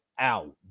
ow